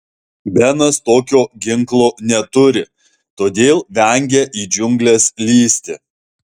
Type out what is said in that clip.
benas tokio ginklo neturi todėl vengia į džiungles lįsti